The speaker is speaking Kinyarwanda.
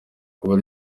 kuba